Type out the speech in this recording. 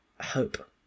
hope